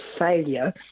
failure